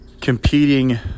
competing